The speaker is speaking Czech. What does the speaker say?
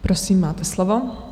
Prosím, máte slovo.